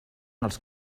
els